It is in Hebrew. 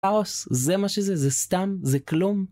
כאוס? זה מה שזה? זה סתם? זה כלום?